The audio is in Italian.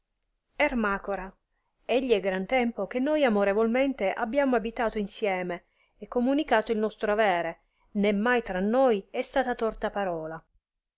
ermacora egli è gran tempo che noi amorevolmente abbiamo abitato insieme e communicato il nostro avere ne mai tra noi è stata torta parola